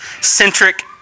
centric